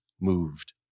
moved